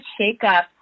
shakeup